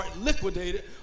liquidated